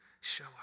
show